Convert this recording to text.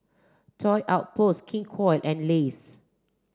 Toy Outpost King Koil and Lays